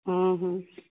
ହଁ ହଁ